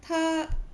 它